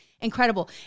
incredible